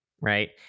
right